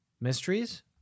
Mysteries